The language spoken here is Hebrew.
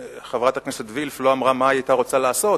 חברת הכנסת וילף לא אמרה מה היא היתה רוצה לעשות,